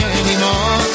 anymore